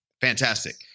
fantastic